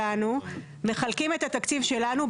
אנחנו מקצים את התקציב שלנו,